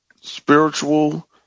spiritual